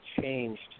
changed